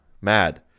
Mad